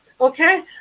Okay